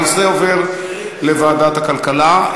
הנושא עובר לוועדת הכלכלה.